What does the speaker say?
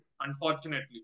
unfortunately